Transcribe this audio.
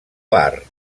bar